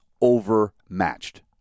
overmatched